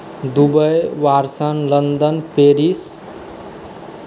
Dubai versus London Paris